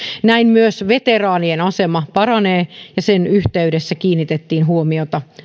näin myös veteraanien asema paranee ja sen yhteydessä kiinnitettiin huomiota